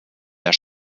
der